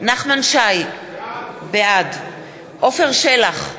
נחמן שי, בעד עפר שלח,